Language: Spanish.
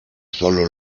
sólo